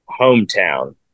Hometown